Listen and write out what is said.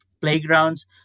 playgrounds